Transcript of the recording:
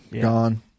Gone